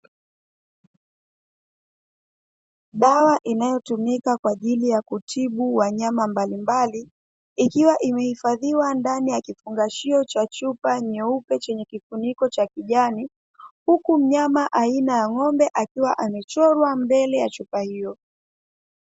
Dawa inayotumika kwa ajili ya kutibu wanyama mbalimbali, ikiwa imehifadhiwa ndani ya kifungashio cha chupa nyeupe chenye kifuniko cha kijani. Huku mnyama aina ya ng'ombe akiwa amechorwa mbele ya chupa hiyo.